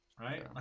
right